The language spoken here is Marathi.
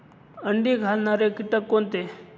अंडी घालणारे किटक कोणते?